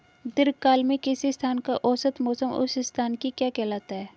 दीर्घकाल में किसी स्थान का औसत मौसम उस स्थान की क्या कहलाता है?